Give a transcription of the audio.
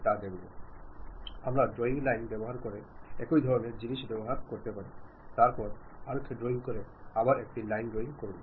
കാരണം നമ്മുടെ ശ്രോതാവിന്റെ പ്രായം അനുഭവം അഭിരുചികൾ ഇഷ്ടാനിഷ്ടങ്ങൾ എന്നിവ അടിസ്ഥാനമാക്കിയായിരിക്കും ഫലപ്രദമായ ആശയവിനിമയത്തിന്റെ വിജയം ഉറപ്പാക്കാൻ സാധിക്കുക